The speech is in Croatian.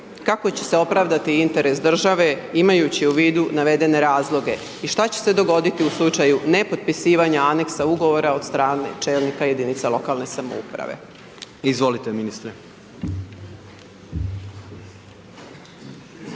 kako će se opravdati interes države, imajući u vidu navedene razloge. I što će se dogoditi u slučaju nepotpisivanje aneksa ugovora od strane čelnika jedinice lokalne samouprave. **Jandroković,